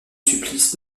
supplice